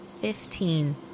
fifteen